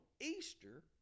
Easter